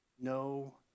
No